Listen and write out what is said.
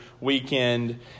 weekend